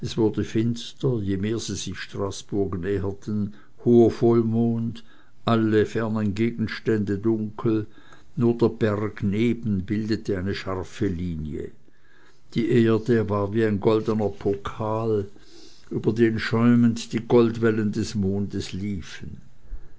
je mehr sie sich straßburg näherten hoher vollmond alle fernen gegenstände dunkel nur der berg neben bildete eine scharfe linie die erde war wie ein goldner pokal über den schäumend die goldwellen des mondes liefen